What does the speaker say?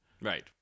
right